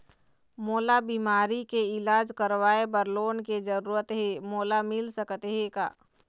मोला बीमारी के इलाज करवाए बर लोन के जरूरत हे मोला मिल सकत हे का?